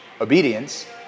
obedience